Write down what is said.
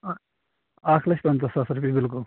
اکھ لَچھ پَنژاہ ساس رۄپیہِ بِلکُل